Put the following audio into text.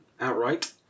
outright